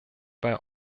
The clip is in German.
bei